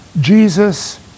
Jesus